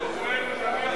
אולי אפשר לגלות את אוזנינו.